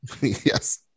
Yes